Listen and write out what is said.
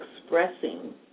expressing